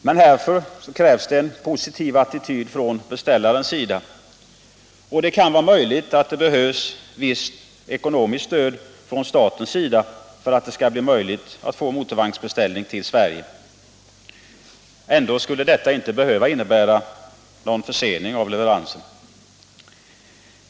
Men härför krävs en positiv attityd från beställaren, och det kan behövas visst ekonomiskt stöd från statens sida för att få en motorvagnsbeställning till Sverige. Ändå skulle detta inte behöva innebära någon försening av leveransen.